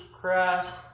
Christ